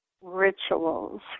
rituals